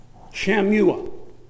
Shamua